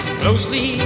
closely